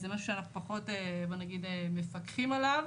זה משהו שאנחנו פחות מפקחים עליו.